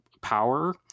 power